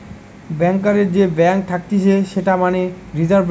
ব্যাংকারের যে ব্যাঙ্ক থাকতিছে সেটা মানে রিজার্ভ ব্যাঙ্ক